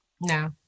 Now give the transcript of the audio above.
No